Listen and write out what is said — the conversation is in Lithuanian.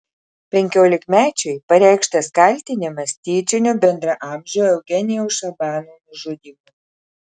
penkiolikmečiui pareikštas kaltinimas tyčiniu bendraamžio eugenijaus šabano nužudymu